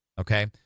Okay